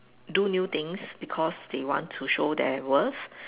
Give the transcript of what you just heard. do new things because they want to show their worth